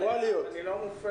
הודיעו עליה, אבל היא לא מופעלת.